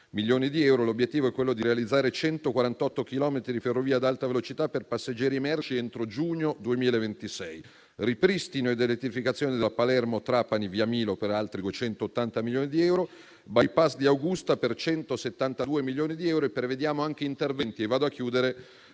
L'obiettivo è quello di realizzare 148 chilometri di ferrovia ad alta velocità per passeggeri e merci, entro giugno 2026. Cito inoltre il ripristino e l'elettrificazione della Palermo-Trapani via Milo, per altri 280 milioni di euro; il *bypass* di Augusta, per 172 milioni di euro. Prevediamo anche interventi